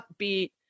upbeat